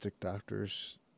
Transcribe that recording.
doctors